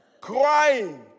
Crying